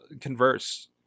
converse